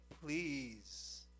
please